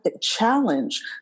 challenge